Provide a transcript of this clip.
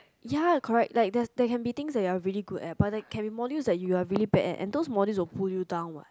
ya correct like there there can be things like you are really good at but there can be modules you are really bad at and those modules will pull you down what